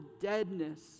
deadness